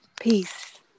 Peace